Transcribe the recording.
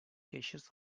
queixes